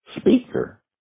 speaker